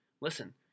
Listen